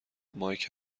مایک